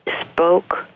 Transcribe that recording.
spoke